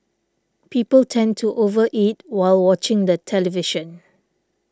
people tend to over eat while watching the television